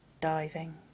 diving